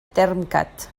termcat